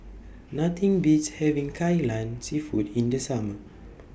Nothing Beats having Kai Lan Seafood in The Summer